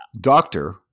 doctor